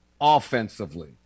offensively